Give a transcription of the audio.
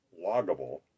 loggable